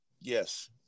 yes